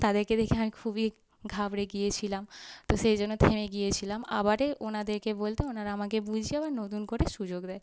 তাদেরকে দেখে আমি খুবই ঘাবড়ে গিয়েছিলাম তো সেই জন্য থেমে গিয়েছিলাম আবার ওনাদেরকে বলতে ওনারা আমাকে বুঝিয়ে আবার নতুন করে সুযোগ দেয়